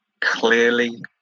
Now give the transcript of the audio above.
clearly